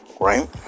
Right